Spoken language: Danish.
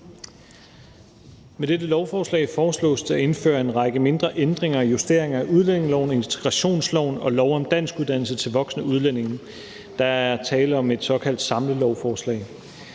Med dette lovforslag foreslås det at indføre en række ændringer og justeringer i udlændingeloven, integrationsloven og lov om danskuddannelse til voksne udlændinge. Der er tale om et såkaldt samlelovforslag.